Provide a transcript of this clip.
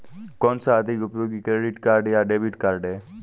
कौनसा अधिक उपयोगी क्रेडिट कार्ड या डेबिट कार्ड है?